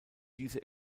diese